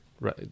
Right